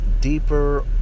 deeper